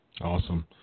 Awesome